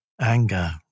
anger